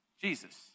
Jesus